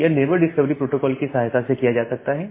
यह neighbour discovery protocol की सहायता से किया जा सकता है